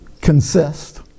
consist